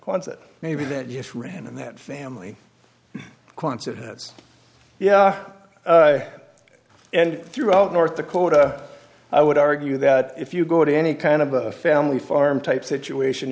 kwanzaa maybe that yes ran in that family quansah yeah and throughout north dakota i would argue that if you go to any kind of a family farm type situation